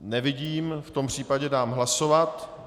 Nevidím, v tom případě dám hlasovat.